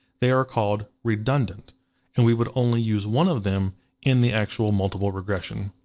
they are called redundant and we would only use one of them in the actual multiple regression.